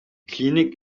klinik